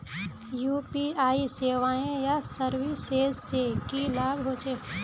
UPI सेवाएँ या services से की लाभ होचे?